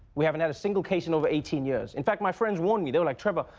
we haven't had a single case in over eighteen years. in fact, my friends warned me, they were like trevor,